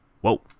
Whoa